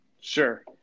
Sure